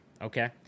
okay